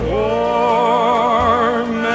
warm